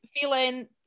feeling